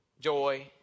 joy